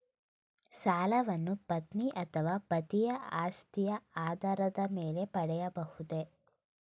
ಸಾಲವನ್ನು ಪತ್ನಿ ಅಥವಾ ಪತಿಯ ಆಸ್ತಿಯ ಆಧಾರದ ಮೇಲೆ ಪಡೆಯಬಹುದೇ?